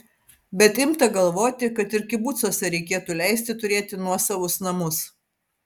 bet imta galvoti kad ir kibucuose reikėtų leisti turėti nuosavus namus